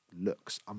looks